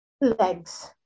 Legs